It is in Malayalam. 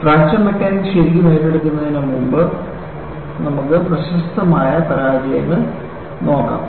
ഫ്രാക്ചർ മെക്കാനിക്സ് ശരിക്കും ഏറ്റെടുക്കുന്നതിന് മുമ്പ് നമുക്ക് പ്രശസ്തമായ പരാജയങ്ങൾ നോക്കാം